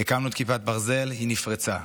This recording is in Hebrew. הקמנו את כיפת ברזל, היא נפרצה.